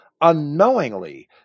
unknowingly